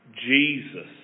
Jesus